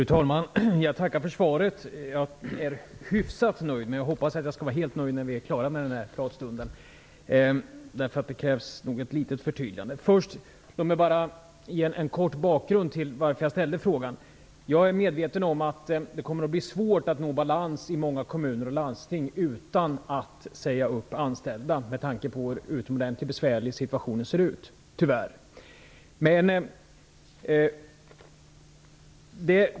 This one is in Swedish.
Fru talman! Jag tackar för svaret. Jag är hyfsat nöjd, men jag hoppas att jag skall vara helt nöjd när vi är klara med den här pratstunden. Det krävs nog ett litet förtydligande. Först vill jag ge en kort bakgrund till att jag ställde frågan. Jag är medveten om att det kommer att bli svårt att nå balans i många kommuner och landsting utan att säga upp anställda, detta med tanke på hur besvärlig situationen tyvärr ser ut.